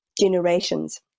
generations